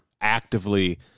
actively